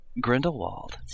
Grindelwald